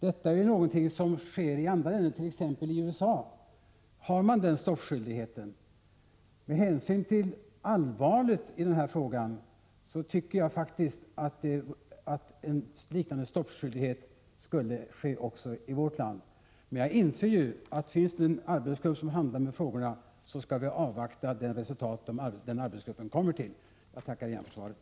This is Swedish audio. Sådan stoppskyldighet finns i andra länder. Exempelvis i USA har man stoppskyldighet av detta slag. Med hänsyn till allvaret i frågan tycker jag faktiskt att en liknande stoppskyldighet skulle föreligga också i vårt land, men jag inser att finns det en arbetsgrupp som behandlar frågorna på detta område skall vi avvakta det resultat som arbetsgruppen kommer fram till. Jag tackar på nytt för svaret.